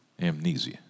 amnesia